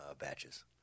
batches